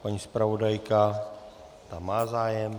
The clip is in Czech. Paní zpravodajka ta má zájem.